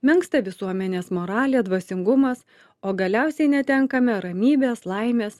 menksta visuomenės moralė dvasingumas o galiausiai netenkame ramybės laimės